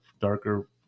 darker